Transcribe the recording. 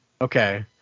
Okay